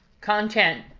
content